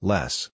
Less